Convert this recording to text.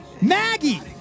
Maggie